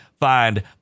Find